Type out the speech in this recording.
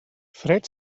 fred